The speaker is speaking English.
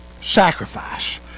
sacrifice